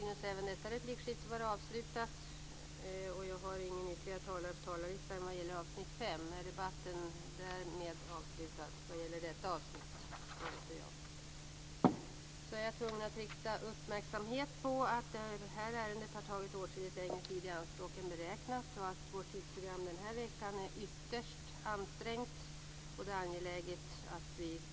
Jag vill rikta uppmärksamheten på att det pågående ärendet har tagit åtskilligt längre tid i anspråk än beräknat.